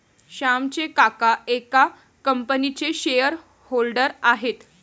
श्यामचे काका एका कंपनीचे शेअर होल्डर आहेत